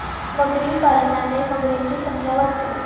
मगरी पालनाने मगरींची संख्या वाढते